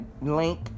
link